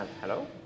Hello